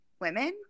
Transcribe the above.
women